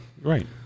Right